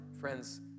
friends